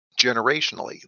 generationally